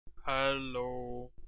Hello